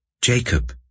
Jacob